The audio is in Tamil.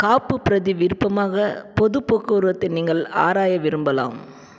காப்புப்பிரதி விருப்பமாக பொதுப் போக்குவரத்தை நீங்கள் ஆராய விரும்பலாம்